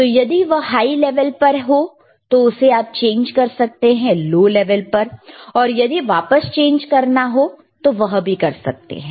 तो यदि वह हाई लेवल पर हो तो उसे आप चेंज कर सकते हैं लो लेवल पर और यदि वापस चेंज करना हो तो वह भी कर सकते हैं